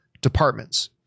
departments